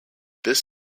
this